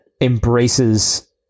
embraces